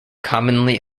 commonly